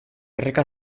erreka